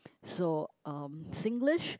so um Singlish